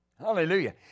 Hallelujah